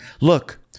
look